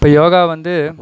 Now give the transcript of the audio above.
இப்போ யோகா வந்து